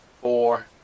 four